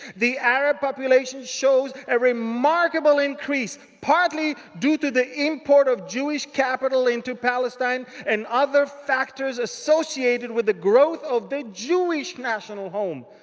the arab population shows a remarkable increase, partly due to the import of jewish capital into palestine and other factors associated with the growth of the jewish national home.